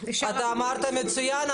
אמרת מצוין.